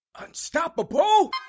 Unstoppable